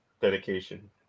dedication